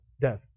death